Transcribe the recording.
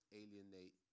alienate